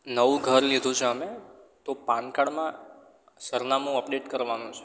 નવું ઘર લીધું છે અમે તો પાનકાર્ડમાં સરનામું અપડેટ કરવાનું છે